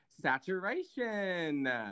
Saturation